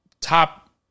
top